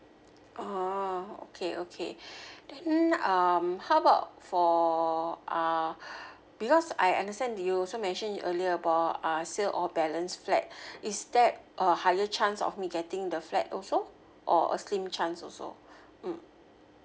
orh okay okay then um how about for uh because I understand you also mention earlier about uh sale of balance flat is that a higher chance of me getting the flat also or a slim chance also mm